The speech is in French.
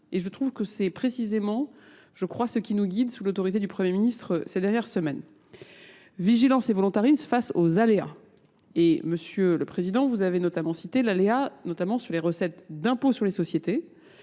Et je trouve que c'est précisément, je crois, ce qui nous guide sous l'autorité du Premier ministre ces dernières semaines. Vigilance et volontarisme face aux aléas. Et monsieur le Président, vous avez notamment cité l'aléa notamment sur les recettes d'impôts sur les sociétés.